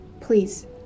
please